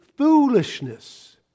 foolishness